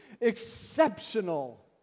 exceptional